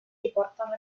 riportano